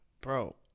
Bro